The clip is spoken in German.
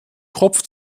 kopf